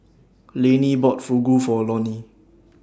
Lainey bought Fugu For Lonny